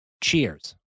Cheers